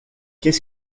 qu’est